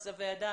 אז הוועדה